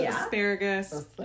asparagus